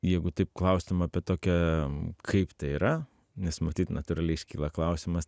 jeigu taip klaustum apie tokią kaip tai yra nes matyt natūraliai iškyla klausimas